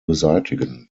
beseitigen